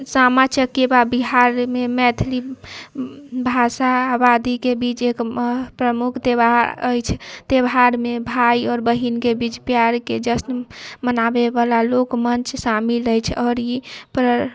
सामा चकेबा बिहारमे मैथिली भाषावादीके बीच एक प्रमुख त्योहार अछि त्योहारमे भाय आओर बहिनके बीच प्यारके जश्न मनाबैवला लोक मञ्च शामिल अछि आओर ई पर